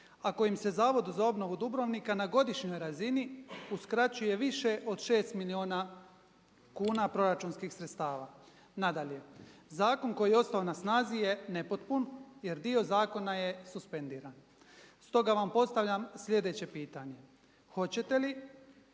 a kojim se Zavodu za obnovu Dubrovnika na godišnjoj razini uskraćuje više od 6 milijuna kuna proračunskih sredstava. Nadalje, zakon koji je ostao na snazi je nepotpun jer dio zakona je suspendiran. Stoga vam postavljam sljedeće pitanje, hoćete li